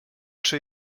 czy